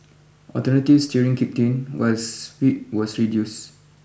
alternative steering kicked was speed was reduce